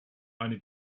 eine